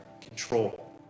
control